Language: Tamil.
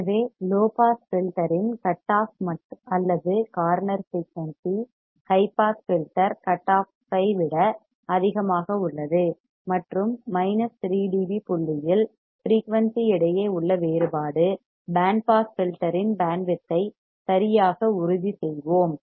எனவே லோ பாஸ் ஃபில்டர் இன் கட் ஆஃப் அல்லது corner frequency high pass filter cut off ஐ விட அதிகமாக உள்ளது மற்றும் மைனஸ் 3 டி பி புள்ளியில் ஃபிரீயூன்சி இடையே உள்ள வேறுபாடு பேண்ட் பாஸ் ஃபில்டர்யின் பேண்ட் வித்தை சரியாக உறுதி செய்வோம்